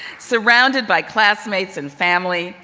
surrounded by classmates and family,